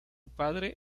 padre